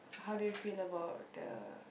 how to you feel about the